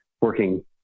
working